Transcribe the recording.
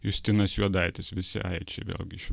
justinas juodaitis visi aičiai vėlgi šio